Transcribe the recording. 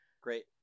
Great